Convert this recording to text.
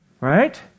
Right